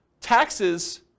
taxes